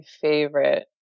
favorite